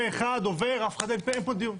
זה היה עובר פה אחד, אין פה דיון.